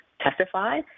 testify